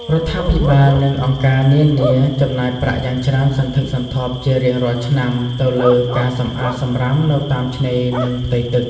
រដ្ឋាភិបាល និងអង្គការនានាចំណាយប្រាក់យ៉ាងច្រើនសន្ធឹកសន្ធាប់ជារៀងរាល់ឆ្នាំទៅលើការសម្អាតសំរាមនៅតាមឆ្នេរ និងផ្ទៃទឹក។